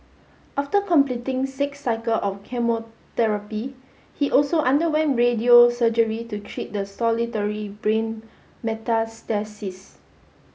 after completing six cycle of chemotherapy he also underwent radio surgery to treat the solitary brain metastasis